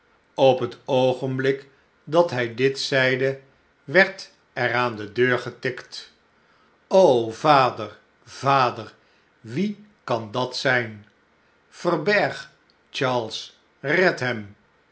op het oogenhlik dat hy dit zeide werd er aan de deur getikt vader vader wie kan dat zyn verberg charles i red hem